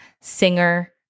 Singer